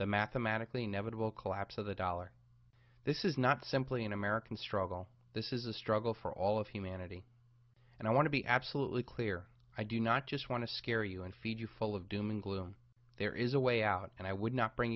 the mathematically never will collapse of the dollar this is not simply an american struggle this is a struggle for all of humanity and i want to be absolutely clear i do not just want to scare you and feed you full of doom and gloom there is a way out and i would not bring